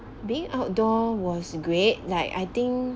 being outdoor was great like I think